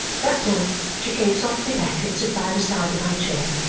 that done, she came softly back and stood by the side of my chair.